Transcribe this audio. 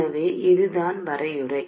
எனவே இதுதான் வரையறை